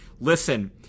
listen